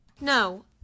No